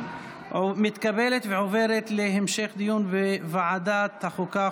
מתקבלת ועוברת להמשך דיון בוועדת החוקה,